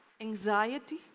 anxiety